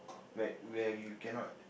where where you cannot